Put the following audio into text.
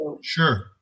sure